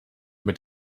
mit